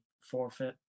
forfeit